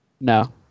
No